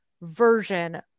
version